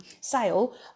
sale